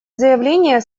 заявление